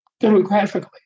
demographically